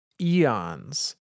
eons